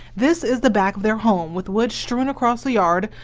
this is the back of their home with wood strewn across the yard,